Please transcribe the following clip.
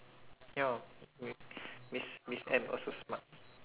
ya mi~ miss M also smart